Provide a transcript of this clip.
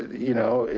you know,